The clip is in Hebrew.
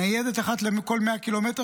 ניידת אחת לכל 100 ק"מ,